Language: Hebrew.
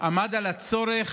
עמד על הצורך